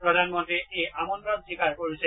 প্ৰধানমন্ত্ৰীয়ে এই আমন্ত্ৰণ স্বীকাৰ কৰিছে